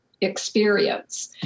experience